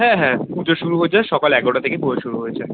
হ্যাঁ হ্যাঁ পুজো শুরু হয়ে যায় সকাল এগারোটা থেকেই পুজো শুরু হয়ে যায়